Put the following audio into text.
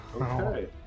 Okay